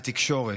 ומהתקשורת,